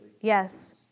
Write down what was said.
Yes